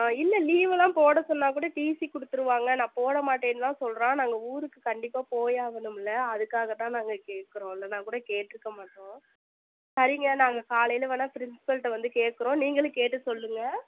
ஆ இல்லை லீவுலாம் போட சொன்னால் கூட டிசி கொடுத்துருவாங்க நான் போடமாட்டேன்னு தான் சொல்கிறான் நாங்கள் ஊருக்கு கண்டிப்பாக போயாகனுமில்ல அதுக்காகத்தான் நாங்கள் கேட்குறோம் இல்லைனா கூட கேட்டு இருக்க மாட்டோம் சரிங்க நாங்கள் காலையில் வேணால் பிரின்ஸ்பால்கிட்ட வந்து கேட்குறோம் நீங்களும் கேட்டு சொல்லுங்கள்